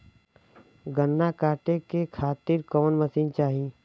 गन्ना कांटेके खातीर कवन मशीन चाही?